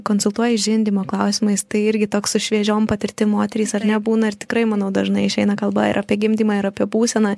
konsultuoji žindymo klausimais tai irgi toks su šviežiom patirtim moterys ar ne būna ir tikrai manau dažnai išeina kalba ir apie gimdymą ir apie būseną